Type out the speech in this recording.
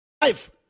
Life